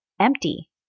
empty